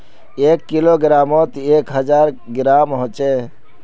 एक किलोग्रमोत एक हजार ग्राम होचे